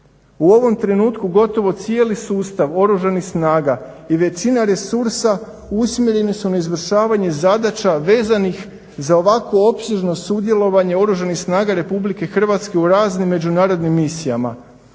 U ovom trenutku gotovo cijeli sustav Oružanih snaga i većina resursa usmjereni su na izvršavanje zadaća vezanih za ovakvo opsežno sudjelovanje Oružanih snaga RH u raznim međunarodnim misijama.